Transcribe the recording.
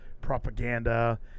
propaganda